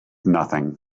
nothing